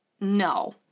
no